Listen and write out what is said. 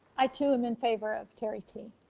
i too am in favor of turie t.